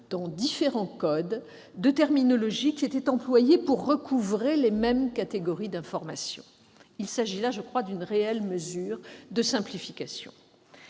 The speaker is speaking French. dans différents codes, de terminologies employées pour désigner les mêmes catégories d'information ; il s'agit là d'une réelle mesure de simplification.